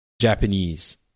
Japanese